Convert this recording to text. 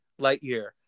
Lightyear